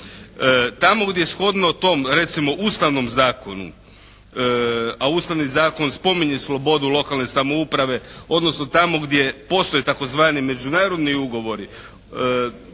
Tamo gdje shodno tom recimo Ustavnom zakonu, a Ustavni zakon spominje slobodu lokalne samouprave, odnosno tamo gdje postoje tzv. međunarodni ugovori